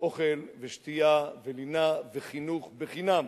אוכל ושתייה ולינה וחינוך בחינם,